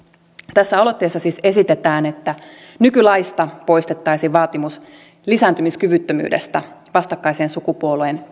tässä aloitteessa siis esitetään että nykylaista poistettaisiin vaatimus lisääntymiskyvyttömyydestä vastakkaiseen sukupuoleen